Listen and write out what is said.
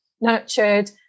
nurtured